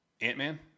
Ant-Man